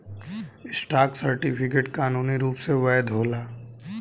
stock certificate कानूनी रूप से वैध होला